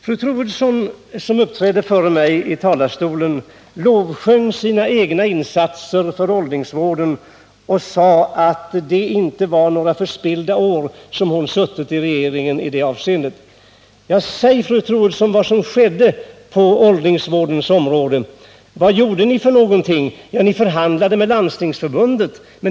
Fru Troedsson, som uppträdde före mig i talarstolen, lovsjöng sina egna insatser för åldringsvården och sade att det inte var några förspillda år i det avseendet, då hon satt i regeringen. Säg, fru Troedsson, vad som skedde på åldringsvårdens område! Vad gjorde ni för någonting? Ja, ni förhandlade med Landstingsförbundet.